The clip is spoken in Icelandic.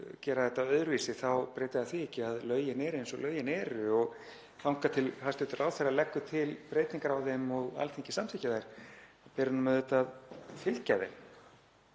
gera þetta öðruvísi þá breytir það því ekki að lögin eru eins og lögin eru og þangað til hæstv. ráðherra leggur til breytingar á þeim og Alþingi samþykkir þær ber honum auðvitað að fylgja þeim.